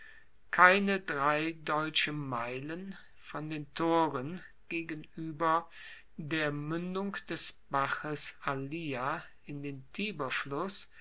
keine drei deutsche meilen von den toren gegenueber der muendung des baches allia in den